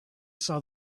saw